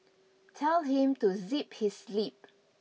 tell him to zip his lip